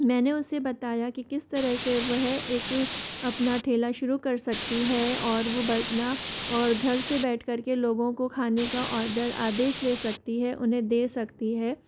मैंने उसे बताया कि किस तरह से वह एक अपना ठेला शुरू कर सकती है और वो बना और घर से बैठकर के लोगों को खाने का ऑर्डर आदेश ले सकती है उन्हें दे सकती है